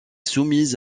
soumise